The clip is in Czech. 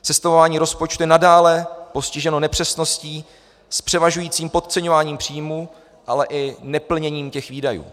Sestavování rozpočtu je nadále postiženo nepřesností s převažujícím podceňováním příjmů, ale i neplněním výdajů.